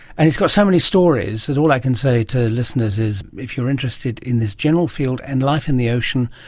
and it's got so many stories. all i can say to listeners is if you're interested in this general field and life in the ocean,